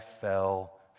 fell